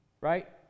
Right